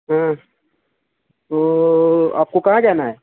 ہوں تو آپ کو کہاں جانا ہے